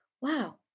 wow